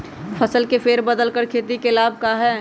फसल के फेर बदल कर खेती के लाभ है का?